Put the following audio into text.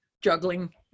juggling